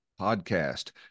podcast